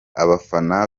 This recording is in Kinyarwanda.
abafana